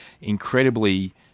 incredibly